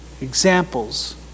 Examples